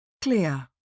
Clear